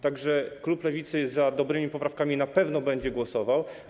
Tak że klub Lewicy jest za dobrymi poprawkami, na pewno będzie głosował.